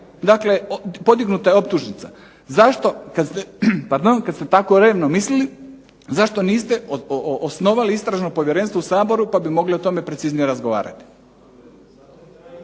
Dakle, podignuta je optužnica, zašto kada ste tako revno mislili zašto niste osnovali povjerenstvo u Saboru pa bi mogli o tome preciznije razgovarati.